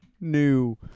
new